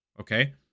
Okay